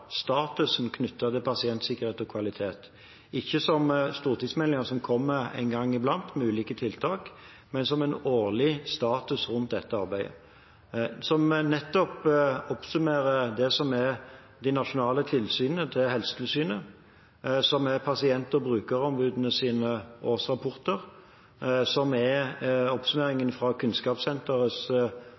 statusen knyttet til pasientsikkerhet og kvalitet, ikke som stortingsmeldinger som kommer en gang iblant med ulike tiltak, men som en årlig status rundt dette arbeidet, som nettopp oppsummerer det som er de nasjonale tilsynene til Helsetilsynet, som er pasient- og brukerombudenes årsrapporter, som er oppsummeringen fra Kunnskapssenterets